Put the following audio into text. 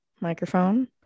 microphone